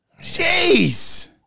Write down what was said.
Jeez